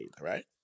right